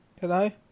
Hello